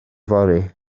fory